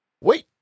wait